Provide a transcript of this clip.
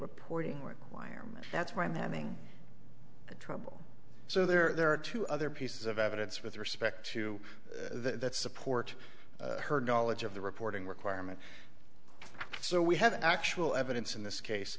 reporting requirement that's why i'm having trouble so there are two other pieces of evidence with respect to that support her knowledge of the reporting requirement so we have actual evidence in this case